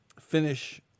finish